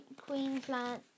Queensland